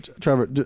Trevor